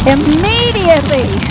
Immediately